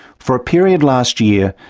for a period last year,